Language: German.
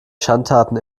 schandtaten